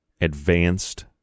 advanced